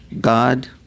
God